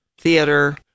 theater